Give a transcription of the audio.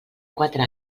quatre